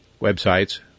websites